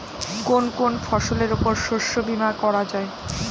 কোন কোন ফসলের উপর শস্য বীমা করা যায়?